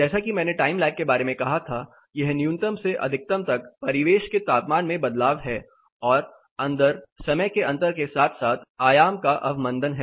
जैसा कि मैंने टाइम लैग के बारे में कहा था यह न्यूनतम से अधिकतम तक परिवेश के तापमान में बदलाव है और अंदर समय के अंतर के साथ साथ आयाम का अवमन्दन है